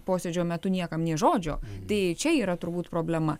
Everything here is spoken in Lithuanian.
posėdžio metu niekam nė žodžio tai čia yra turbūt problema